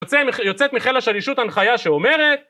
יוצאת מחיל השלישות הנחיה שאומרת